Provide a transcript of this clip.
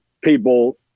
people